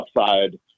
upside